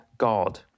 God